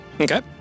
Okay